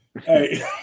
Hey